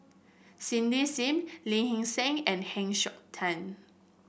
Cindy Sim Lee Hee Seng and Heng Siok Tian